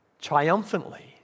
triumphantly